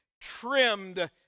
trimmed